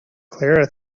clara